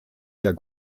der